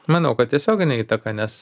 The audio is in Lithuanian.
manau kad tiesioginę įtaką nes